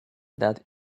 that